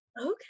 Okay